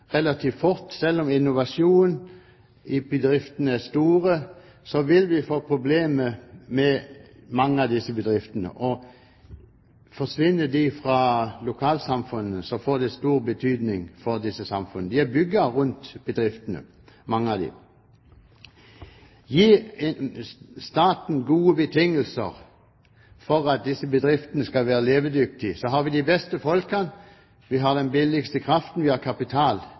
selv om innovasjonen i bedriftene er stor, vil vi få problemer med mange av disse bedriftene. Forsvinner de fra lokalsamfunnene, får det stor betydning for disse samfunnene. De er bygd rundt bedriftene, mange av dem. Gir en staten gode betingelser for at disse bedriftene skal være levedyktige, har vi de beste folkene, vi har den billigste kraften, vi har kapital.